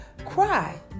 cry